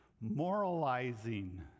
Moralizing